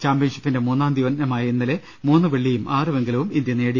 ചാമ്പ്യൻഷിപ്പിന്റെ മൂന്നാം ദിനമായ ഇന്നലെ മൂന്ന് വെള്ളിയും ആറ് വെങ്കലവും ഇന്ത്യ നേടി